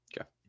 Okay